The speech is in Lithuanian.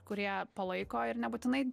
kurie palaiko ir nebūtinai